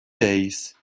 days